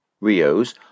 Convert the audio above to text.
Rios